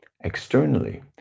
externally